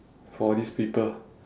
for these people